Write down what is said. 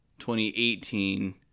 2018